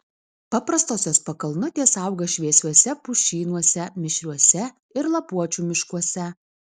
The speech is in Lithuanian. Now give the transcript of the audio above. paprastosios pakalnutės auga šviesiuose pušynuose mišriuose ir lapuočių miškuose